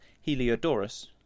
Heliodorus